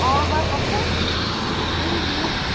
অঁ হয় কওকচোন শুনি আছোঁ